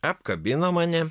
apkabino mane